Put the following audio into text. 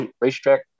Racetrack